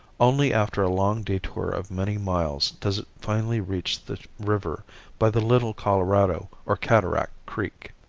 only after a long detour of many miles does it finally reach the river by the little colorado or cataract creek.